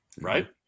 Right